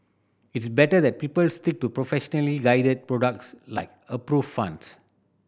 it's better that people stick to professionally guided products like approved funds